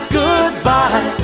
goodbye